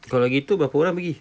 kalau gitu berapa orang pergi